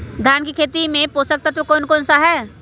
धान की खेती में पोषक तत्व कौन कौन सा है?